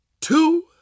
two